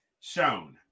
shown